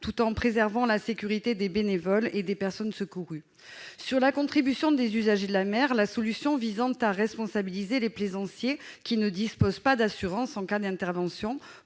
tout en préservant la sécurité des bénévoles et des personnes secourues. S'agissant de la contribution des usagers de la mer, la solution visant à responsabiliser les plaisanciers qui ne disposent pas d'assurance en cas d'intervention,